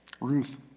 Ruth